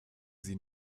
sie